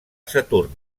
saturn